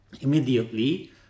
immediately